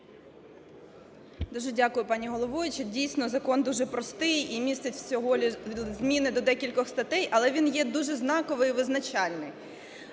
Дуже дякую, пані головуюча. Дійсно, закон дуже простий і містить всього зміни до декількох статей, але він є дуже знаковий, визначальний.